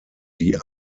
die